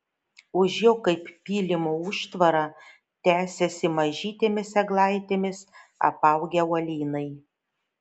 už jo kaip pylimo užtvara tęsėsi mažytėmis eglaitėmis apaugę uolynai